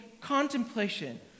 contemplation